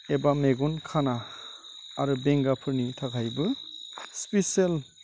एबा मेगन खाना आरो बेंगाफोरनि थाखायबो स्पिसेल